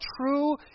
true